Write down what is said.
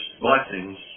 blessings